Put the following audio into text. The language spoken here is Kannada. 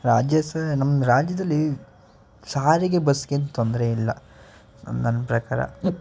ನಮ್ಮ ರಾಜ್ಯದಲ್ಲಿ ಸಾರಿಗೆ ಬಸ್ಗೇನು ತೊಂದರೆ ಇಲ್ಲ ನನ್ನ ಪ್ರಕಾರ